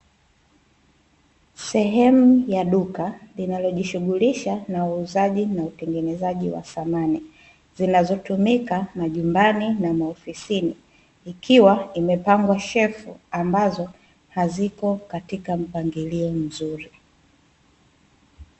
Sehemu ya duka linayojishughulisha na uuzaji na utengenezaji wa samani, zinazotumika majumbani na maofisini, zikiwa zimepangwa shelfu, ambazo haziko katika mpangilio mzuri.